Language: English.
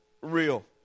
real